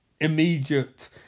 immediate